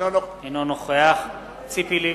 אינו נוכח ציפי לבני,